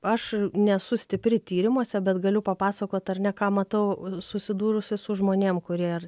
aš nesu stipri tyrimuose bet galiu papasakot ar ne ką matau susidūrusi su žmonėm kurie